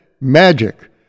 Magic